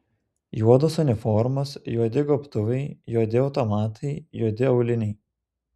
juodos uniformos juodi gobtuvai juodi automatai juodi auliniai